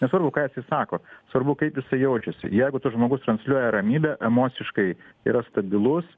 nesvarbu ką jisai sako svarbu kaip jisai jaučiasi jeigu tas žmogus transliuoja ramybę emociškai yra stabilus